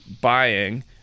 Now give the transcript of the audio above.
buying